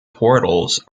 portals